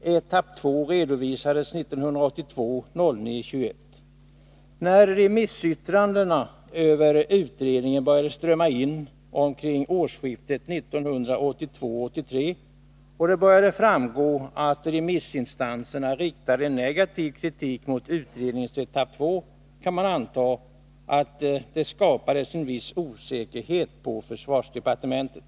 Etapp 2 redovisades den 21 september 1982. När remissyttrandena över utredningen började strömma in omkring årsskiftet 1982-1983, och det började framgå att remissinstanserna riktade kritik mot utredningens etapp 2, kan man anta att det skapades en viss osäkerhet på försvarsdepartementet.